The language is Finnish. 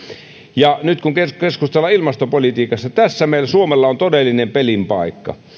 ja nyt kun keskustellaan ilmastopolitiikasta tässä suomella on todellinen pelin paikka